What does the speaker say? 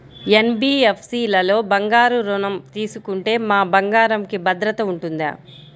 NBFC లలో బంగారు ఋణం తీసుకుంటే మా బంగారంకి భద్రత ఉంటుందా?